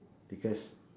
because